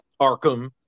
Arkham